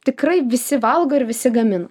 tikrai visi valgo ir visi gamina